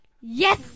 Yes